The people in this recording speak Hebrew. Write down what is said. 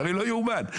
לא יאומן.